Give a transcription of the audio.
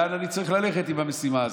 לאן אני צריך ללכת עם המשימה הזאת.